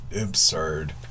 absurd